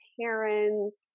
parents